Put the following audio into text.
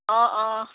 অঁ অঁ